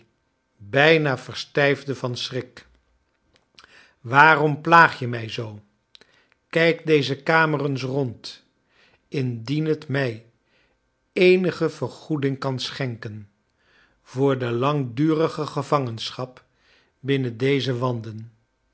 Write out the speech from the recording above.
bijna verstijfde van schrik waarom plaag je mij zoo kijk deze kamer eens rond indien het mij eenige vergoeding kan schenken voor de langdurige gevangenschap binnen deze wanden